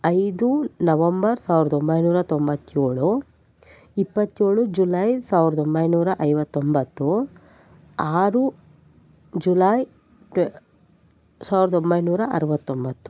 ಐದು ನವಂಬರ್ ಸಾವಿರದ ಒಂಬೈನೂರ ತೊಂಬತ್ತೇಳು ಇಪ್ಪತ್ತೇಳು ಜುಲೈ ಸಾವಿರದ ಒಂಬೈನೂರ ಐವತ್ತೊಂಬತ್ತು ಆರು ಜುಲೈ ಸಾವಿರದ ಒಂಬೈನೂರ ಅರವತ್ತೊಂಬತ್ತು